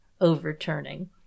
overturning